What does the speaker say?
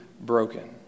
broken